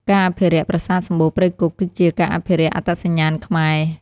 ការអភិរក្សប្រាសាទសំបូរព្រៃគុក គឺជាការអភិរក្សអត្តសញ្ញាណខ្មែរ។